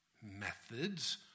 methods